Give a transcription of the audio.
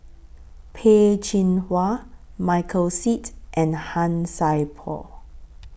Peh Chin Hua Michael Seet and Han Sai Por